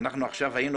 אנחנו היינו